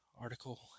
article